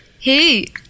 Hey